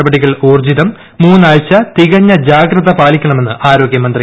നടപടികൾ ഉൌർജ്ജിതം മൂന്നാഴ്ച തികഞ്ഞ ജാഗ്രത പാലിക്കണമെന്ന് ആരോഗ്യമന്ത്രി